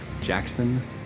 Jackson